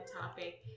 topic